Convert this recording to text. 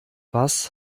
was